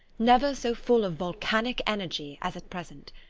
never so full of volcanic energy, as at present.